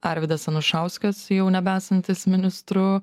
arvydas anušauskas jau nebesantis ministru